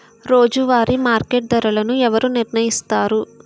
రోజువారి మార్కెట్ ధరలను ఎవరు నిర్ణయిస్తారు?